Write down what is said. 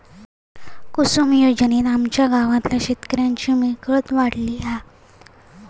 कुसूम योजनेत आमच्या गावातल्या शेतकऱ्यांची मिळकत वाढली हा